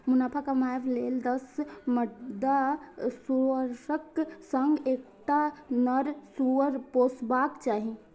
मुनाफा कमाबै लेल दस मादा सुअरक संग एकटा नर सुअर पोसबाक चाही